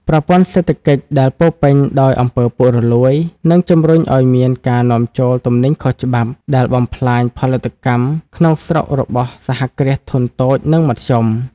ប្រព័ន្ធសេដ្ឋកិច្ចដែលពោរពេញដោយ អំពើពុករលួយ នឹងជំរុញឱ្យមានការនាំចូលទំនិញខុសច្បាប់ ដែលបំផ្លាញផលិតកម្មក្នុងស្រុករបស់សហគ្រាសធុនតូច និងមធ្យម។